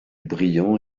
brillant